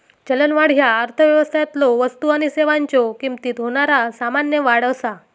चलनवाढ ह्या अर्थव्यवस्थेतलो वस्तू आणि सेवांच्यो किमतीत होणारा सामान्य वाढ असा